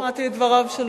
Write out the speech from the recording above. אני לא שמעתי את דבריו של